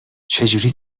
چجوری